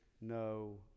no